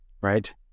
right